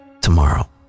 tomorrow